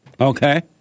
Okay